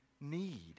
need